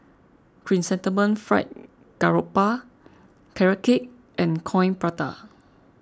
Chrysanthemum Fried Garoupa Carrot Cake and Coin Prata